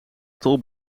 tol